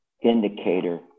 indicator